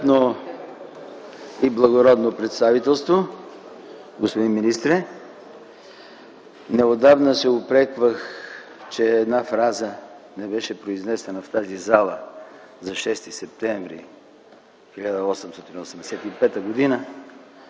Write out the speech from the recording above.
Достолепно и благородно представителство, господин министре! Неотдавна се упреквах, че една фраза не беше произнесена в тази зала за 6 септември 1885 г.